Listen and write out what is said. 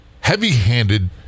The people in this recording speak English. heavy-handed